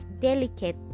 delicate